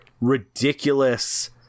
ridiculous